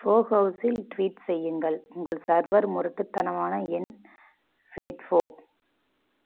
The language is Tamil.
ஃபோஹவுஸில் ட்வீட் செய்யுங்கள் உங்கள் சர்வர் முரட்டுத்தனமான எண் பேட்ஃபோ